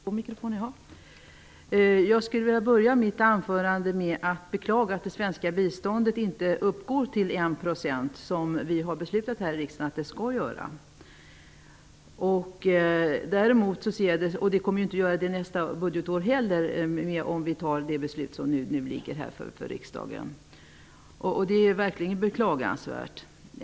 Herr talman! Jag skulle vilja börja mitt anförande med att beklaga att det svenska biståndet inte uppgår till 1 %, som vi har beslutat här i riksdagen att det skall göra. Det kommer inte att göra det nästa budgetår heller om vi fattar beslut enligt det förslag som nu har förelagts riksdagen. Det är verkligen beklagansvärt.